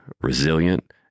resilient